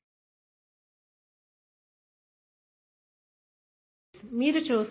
కొన్ని ప్రాపర్టీస్ మనకు physical properties మీరు చూస్తారు